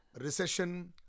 recession